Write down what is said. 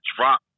drop